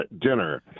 dinner